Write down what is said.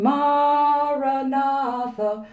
Maranatha